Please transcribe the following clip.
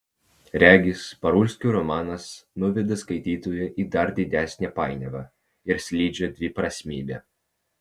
regis parulskio romanas nuveda skaitytoją į dar didesnę painiavą ir slidžią dviprasmybę